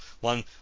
one